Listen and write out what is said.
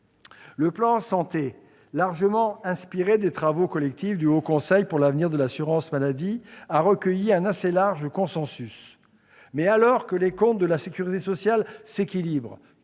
Le plan Santé, très inspiré des travaux collectifs du Haut Conseil pour l'avenir de l'assurance maladie, a recueilli un assez large consensus. Alors que les comptes de la sécurité sociale s'équilibrent,